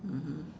mmhmm